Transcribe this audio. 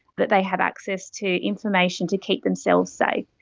that they have access to information to keep themselves safe.